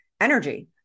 energy